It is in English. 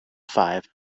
five